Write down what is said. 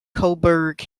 coburg